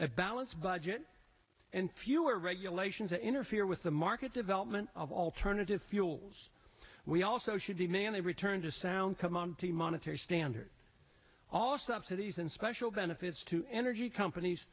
a balanced budget and fewer regulations that interfere with the market development of alternative fuels we also should demand a return to sound kamandi monetary standard all subsidies and special benefits to energy companies